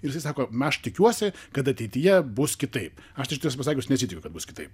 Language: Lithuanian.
ir jisai sako aš tikiuosi kad ateityje bus kitaip aš tai tiesą pasakius nesitikiu kad bus kitaip